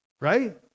right